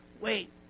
wait